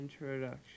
introduction